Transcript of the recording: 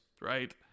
Right